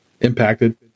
impacted